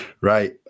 Right